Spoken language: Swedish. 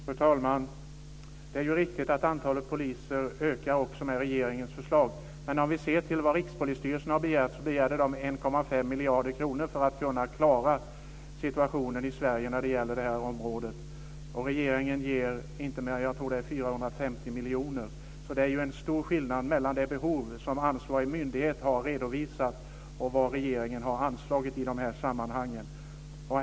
Fru talman! Det är riktigt att antalet poliser ökar också med regeringens förslag. Men vi kan också se att Rikspolisstyrelsen hade begärt 1,5 miljarder kronor för att kunna klara situationen i Sverige när det gäller det här området, och regeringen ger inte mer än, tror jag, 450 miljoner. Det är alltså en stor skillnad mellan det behov som ansvarig myndighet har redovisat och vad regeringen har anslagit i de här sammanhangen.